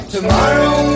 Tomorrow